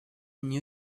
new